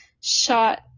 shot